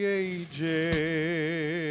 ages